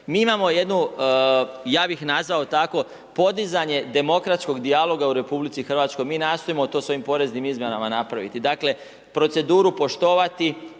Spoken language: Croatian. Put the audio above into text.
Mi imamo jednu, ja bih nazvao tako, podizanje demokratskog dijaloga u RH, mi nastojimo to svojim poreznim izmjenama napraviti, dakle proceduru poštovati